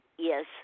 Yes